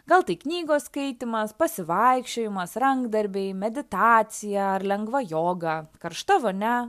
gal tai knygos skaitymas pasivaikščiojimas rankdarbiai meditacija ar lengva joga karšta vonia